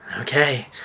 Okay